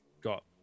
got